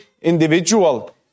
individual